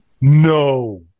No